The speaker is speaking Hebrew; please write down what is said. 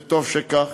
וטוב שכך,